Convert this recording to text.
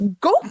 go